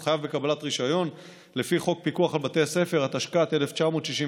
הוא חייב בקבלת רישיון לפי חוק פיקוח על בתי הספר התשכ"ט 1969,